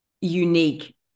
unique